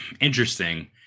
interesting